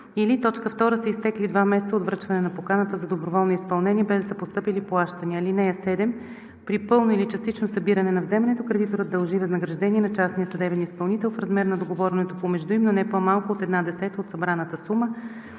или 2. са изтекли два месеца от връчване на поканата за доброволно изпълнение, без да са постъпили плащания. (7) При пълно или частично събиране на вземането кредиторът дължи възнаграждение на частния съдебния изпълнител в размер на договореното помежду им, но не по-малко от една десета от събраната сума.